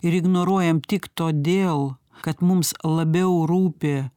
ir ignoruojam tik todėl kad mums labiau rūpi